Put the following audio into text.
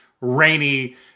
rainy